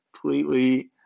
completely